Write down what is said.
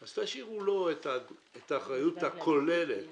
אז תשאירו לו את האחריות הכוללת